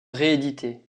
rééditée